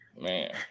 Man